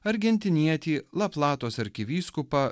argentinietį laplatos arkivyskupą